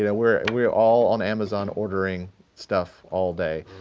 you know, we're and we're all on amazon ordering stuff all day.